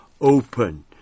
open